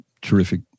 terrific